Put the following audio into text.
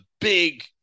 big